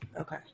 Okay